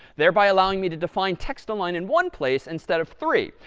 thereby allowing me to define text-align in one place instead of three.